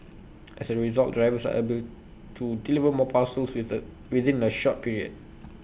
as A result drivers are able to deliver more parcels with A within A shorter period